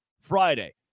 Friday